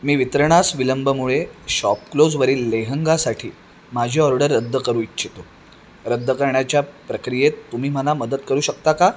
मी वितरणास विलंबमुळे शॉपक्लोजवरील लेहंगासाठी माझी ऑर्डर रद्द करू इच्छितो रद्द करण्याच्या प्रक्रियेत तुम्ही मला मदत करू शकता का